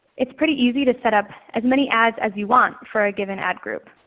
it's pretty easy to set up as many ads as you want for a given ad group.